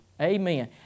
Amen